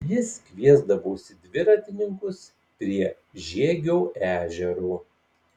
jis kviesdavosi dviratininkus prie žiegio ežero